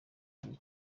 gihe